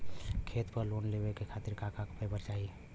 खेत पर लोन लेवल खातिर का का पेपर चाही?